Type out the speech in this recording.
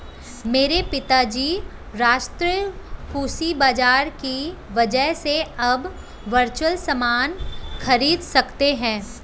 मेरे पिताजी राष्ट्रीय कृषि बाजार की वजह से अब वर्चुअल सामान खरीद सकते हैं